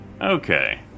Okay